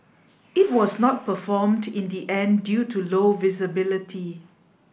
it was not performed in the end due to low visibility